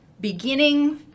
beginning